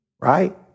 right